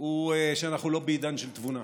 הוא שאנחנו לא בעידן של תבונה.